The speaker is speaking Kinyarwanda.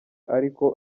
ariko